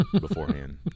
beforehand